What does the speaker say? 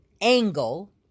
angle